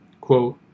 quote